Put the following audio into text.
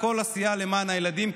לכל הסיעה למען הילדים,